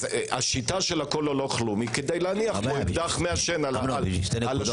השיטה של הכול או לא כלום היא כדי להניח פה אקדח מעשן על השולחן.